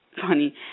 funny